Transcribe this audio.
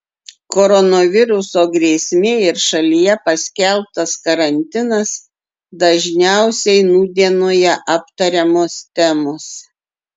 koronaviruso grėsmė ir šalyje paskelbtas karantinas dažniausiai nūdienoje aptariamos temos